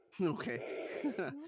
Okay